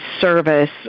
service